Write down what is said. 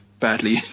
badly